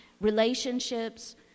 relationships